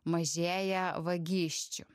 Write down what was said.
mažėja vagysčių